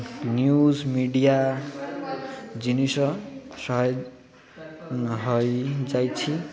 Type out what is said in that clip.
news media ଜିନିଷ ସହା ହେଇ ଯାଇଛି